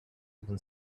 even